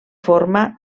forma